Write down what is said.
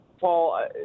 Paul